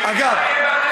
המסקנה?